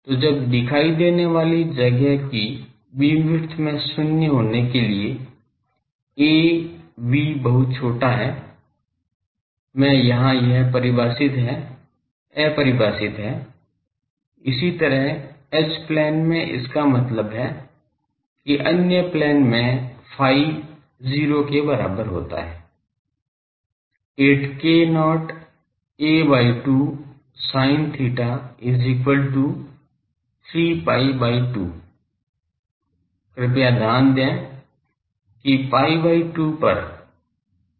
तो जब दिखाई देने वाली जगह की बीमविड्थ में शून्य होने के लिए a v बहुत छोटा होता है में यह यहां अपरिभाषित है इसी तरह एच प्लेन में इसका मतलब है कि अन्य प्लेन में phi 0 के बराबर होता है at k0 a by 2 sin theta is equal to 3 pi by 2 कृपया ध्यान दें कि pi by 2 पर